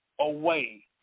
away